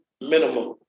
minimum